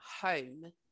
home